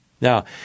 Now